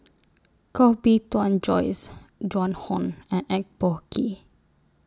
Koh Bee Tuan Joyce Joan Hon and Eng Boh Kee